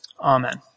Amen